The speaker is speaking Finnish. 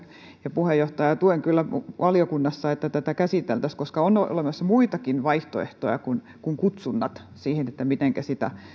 ja puheenjohtaja tuen kyllä valiokunnassa sitä että tätä käsiteltäisiin koska on on olemassa muitakin vaihtoehtoja kuin kutsunnat siihen mitenkä voisi